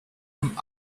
some